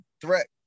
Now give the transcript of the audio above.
threat